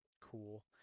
Cool